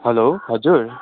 hello हजुर